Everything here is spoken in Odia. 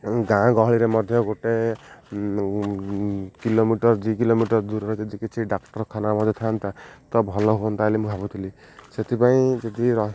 ଗାଁ ଗହଳିରେ ମଧ୍ୟ ଗୋଟେ କିଲୋମିଟର୍ ଦୁଇ କିଲୋମିଟର୍ ଦୂରରେ ଯଦି କିଛି ଡାକ୍ତରଖାନା ମଧ୍ୟ ଥାନ୍ତା ତ ଭଲ ହୁଅନ୍ତା ମୁଁ ଭାବୁଥିଲି ସେଥିପାଇଁ ଯଦି